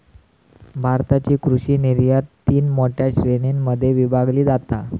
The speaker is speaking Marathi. भारताची कृषि निर्यात तीन मोठ्या श्रेणीं मध्ये विभागली जाता